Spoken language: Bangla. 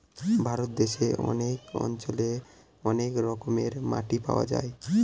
ভারত দেশে অনেক অঞ্চলে অনেক রকমের মাটি পাওয়া যায়